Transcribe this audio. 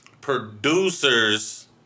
producers